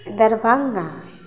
Darbhanga